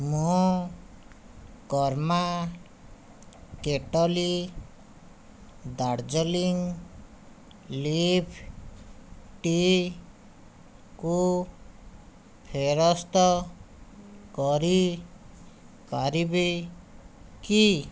ମୁଁ Karma Kettle Darjeeling leaf ଟିକୁ ଫେରସ୍ତ କରିପାରିବି କି